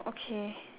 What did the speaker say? okay